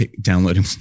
downloading